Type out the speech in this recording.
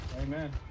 Amen